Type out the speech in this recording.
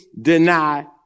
deny